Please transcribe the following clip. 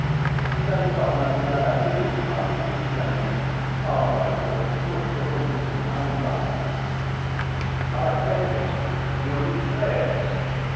da ist auch mein kleiner bill wandte sie sich an mich armer jung muß zu uns in die einsamkeit aber quält ihn nicht nur nicht quälen